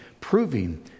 proving